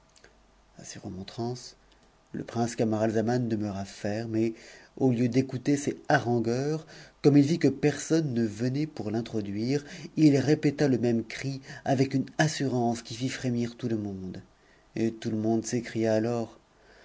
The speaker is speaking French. retirez-vous s remontrances le prince camaralzaman demeura ferme et au t'couter ces harangueurs comme il vit que personne ne venait pour nxn'p i répéta c même cri avec une assurance qui fit frémir tout ht nt te monde s'écria ators